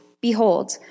behold